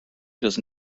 does